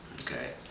Okay